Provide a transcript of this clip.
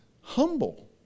humble